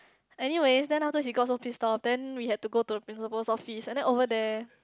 anyways then afterward he got so pissed off then we had to go the principle's office and then over there